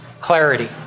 clarity